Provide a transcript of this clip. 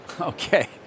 Okay